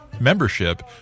membership